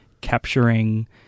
capturing